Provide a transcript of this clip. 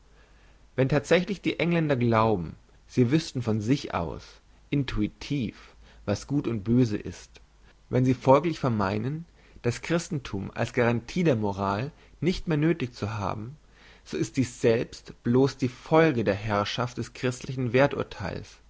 wenn thatsächlich die engländer glauben sie wüssten von sich aus intuitiv was gut und böse ist wenn sie folglich vermeinen das christenthum als garantie der moral nicht mehr nöthig zu haben so ist dies selbst bloss die folge der herrschaft des christlichen werthurtheils